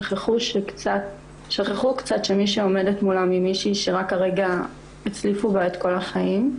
שכחו קצת שמי שעומדת מולם היא מישהי שרק כרגע הצליפו בה את כל החיים.